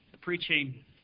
preaching